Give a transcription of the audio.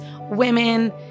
women